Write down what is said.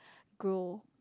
grow